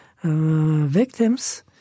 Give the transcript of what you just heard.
victims